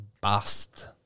bust